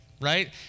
right